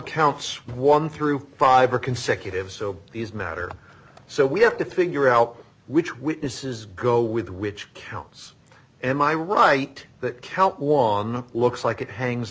counts one through five are consecutive so these matter so we have to figure out which witnesses go with which counts am i right that count on looks like it hangs